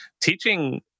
teaching